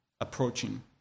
Approaching